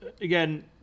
again